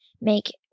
make